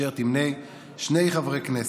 אשר תמנה שני חברי כנסת: